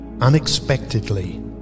unexpectedly